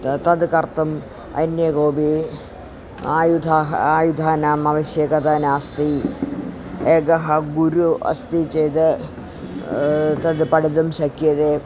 तद् कर्तुम् अन्य कोपि आयुधाः आयुधानाम् आवश्यकता नास्ति एकः गुरुः अस्ति चेद् तद् पठितुं शक्यते